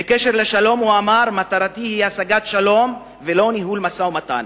בקשר לשלום הוא אמר: מטרתי היא השגת שלום ולא ניהול משא-ומתן.